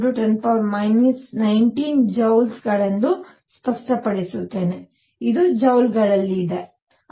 6 × 10 19 ಜೌಲ್ಗಳೆಂದು ಸ್ಪಷ್ಟಪಡಿಸುತ್ತೇನೆ ಮತ್ತು ಇದು ಜೌಲ್ಗಳಲ್ಲಿದೆ